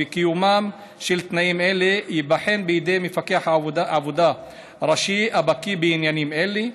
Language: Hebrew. וקיומם של תנאים אלה ייבחן בידי מפקח עבודה ראשי הבקי בעניינים אלה.